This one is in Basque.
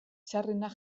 txarrenak